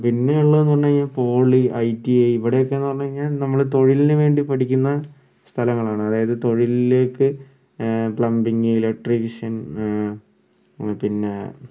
പിന്നെ ഉള്ളതെന്ന് പറഞ്ഞു കഴിഞ്ഞാൽ പോളി ഐ ടി ഐ ഇവിടെയൊക്കെയാണ് പറഞ്ഞു കഴിഞ്ഞാൽ നമ്മൾ തൊഴിലിനു വേണ്ടി പഠിക്കുന്ന സ്ഥലങ്ങളാണ് അതായത് തൊഴിലിലേയ്ക്ക് പ്ലംബിങ്ങ് ഇലക്ട്രിഷ്യൻ പിന്നെ